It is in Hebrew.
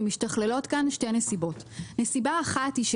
משתכללות כאן שתי נסיבות: נסיבה אחת היא,